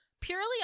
purely